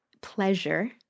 pleasure